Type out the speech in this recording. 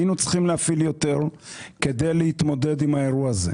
היינו צריכים להפעיל יותר כדי להתמודד עם האירוע הזה.